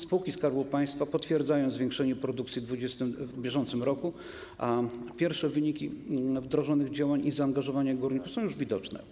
Spółki Skarbu Państwa potwierdzają zwiększenie produkcji w bieżącym roku, a pierwsze wyniki wdrożonych działań i zaangażowania górników są już widoczne.